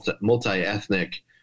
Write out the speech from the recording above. multi-ethnic